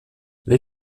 les